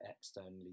externally